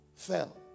Fell